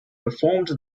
performed